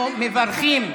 אנחנו מברכים אותך,